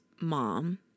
mom